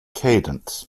cadence